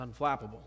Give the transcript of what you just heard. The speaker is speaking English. unflappable